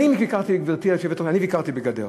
אני ביקרתי, גברתי היושבת-ראש, אני ביקרתי בגדרה,